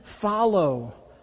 follow